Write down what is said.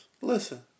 listen